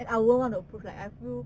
and I wouldn't want to approach like I feel